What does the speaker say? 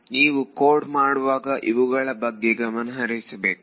ನೀವು ಕೋಡ್ ಮಾಡುವಾಗ ಇವುಗಳ ಬಗ್ಗೆ ಗಮನಹರಿಸಬೇಕು